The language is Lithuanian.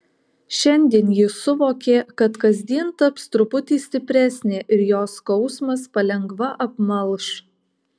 šiandien ji suvokė kad kasdien taps truputį stipresnė ir jos skausmas palengva apmalš